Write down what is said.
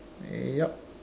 eh yup